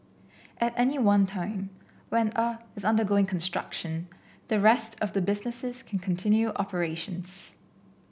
at any one time when a is undergoing construction the rest of the businesses can continue operations